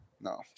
No